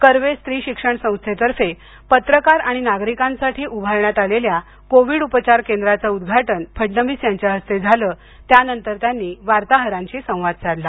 कर्वे स्त्री शिक्षण संस्थेतर्फे पत्रकार आणि नागरिकांसाठी उभारण्यात आलेल्या कोविड उपचार केंद्राचं उदघाटन फडणवीस यांच्या हस्ते झालं त्यानंतर त्यांनी वार्ताहरांशी संवाद साधला